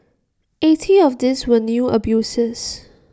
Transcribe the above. eighty of these were new abusers